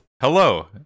hello